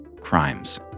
crimes